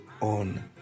on